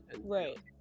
Right